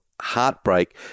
heartbreak